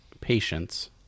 Patience